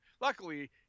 luckily